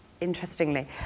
interestingly